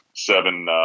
seven